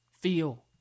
Feel